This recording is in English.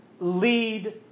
lead